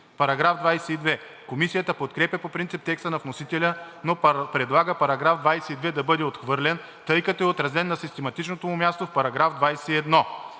Параграф 22. Комисията подкрепя по принцип текста на вносителя, но предлага § 22 да бъде отхвърлен, тъй като е отразен на систематичното му място в § 21.